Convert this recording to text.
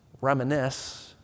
reminisce